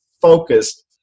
focused